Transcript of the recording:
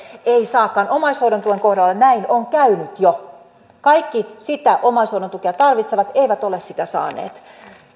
ei saakaan omaishoidon tuen kohdalla näin on käynyt jo kaikki omaishoidon tukea tarvitsevat eivät ole sitä saaneet